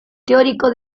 teórico